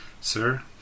Sir